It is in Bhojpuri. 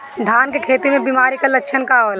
धान के खेती में बिमारी का लक्षण का होला?